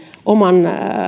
oman